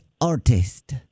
artist